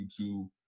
youtube